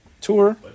tour